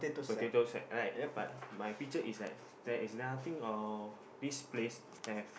potato sack right but my picture is like there is nothing of this place have